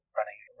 running